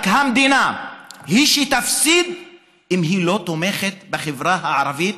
רק המדינה היא שתפסיד אם היא לא תומכת בחברה הערבית,